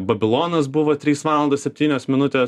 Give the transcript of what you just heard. babilonas buvo trys valandos septynios minutės